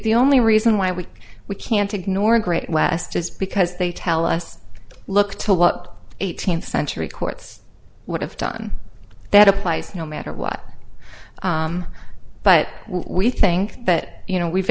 the only reason why we we can't ignore a great west is because they tell us look to what eighteenth century courts would have done that applies no matter what but we think that you know we've